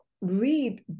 read